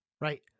right